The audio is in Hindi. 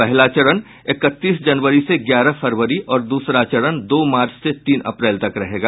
पहला चरण इकतीस जनवरी से ग्यारह फरवरी और दूसरा चरण दो मार्च से तीन अप्रैल तक रहेगा